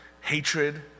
hatred